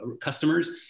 customers